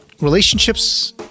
relationships